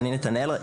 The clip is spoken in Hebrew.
אני נתנאל,